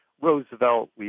Roosevelt